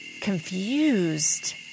confused